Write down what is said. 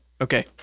Okay